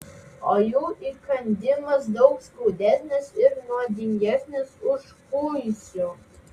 o jų įkandimas daug skaudesnis ir nuodingesnis už kuisių